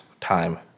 time